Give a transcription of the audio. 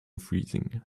freezing